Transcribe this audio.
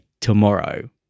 tomorrow